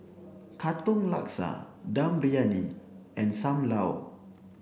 Katong Laksa Dum Briyani and Sam Lau